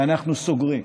ואנחנו סוגרים.